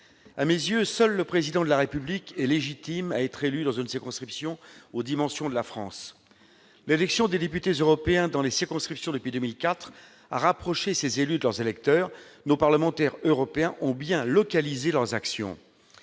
À mes yeux, seul le Président de la République est légitime à être élu dans une circonscription aux dimensions de la France. Depuis 2004, l'élection des députés européens dans des circonscriptions a rapproché ces élus de leurs électeurs. Nos parlementaires européens ont bien « localisé » leurs actions.